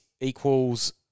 equals